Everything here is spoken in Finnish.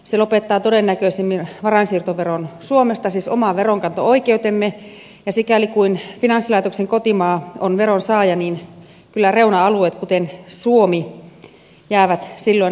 se lopettaa todennäköisimmin varainsiirtoveron suomesta siis oman veronkanto oikeutemme ja sikäli kuin finanssilaitoksen kotimaa on veron saaja kyllä reuna alueet kuten suomi jäävät silloin häviölle